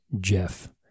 Jeff